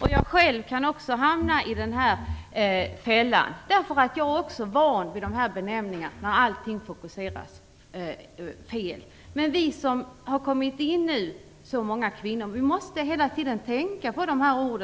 Jag kan själv hamna i denna fälla, för jag är också van vid dessa benämningar där allting fokuseras fel. Men alla vi kvinnor som nu har kommit in i riksdagen måste hela tiden tänka på dessa ord.